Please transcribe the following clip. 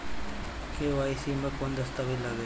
KYC मे कौन दश्तावेज लागेला?